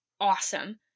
awesome